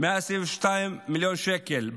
122 מיליון שקל.